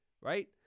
Right